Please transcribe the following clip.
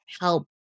help